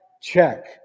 check